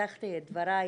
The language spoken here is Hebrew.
כשפתחתי את דבריי